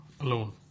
alone